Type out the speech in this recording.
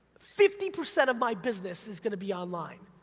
fifty percent of my business is gonna be online!